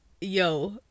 yo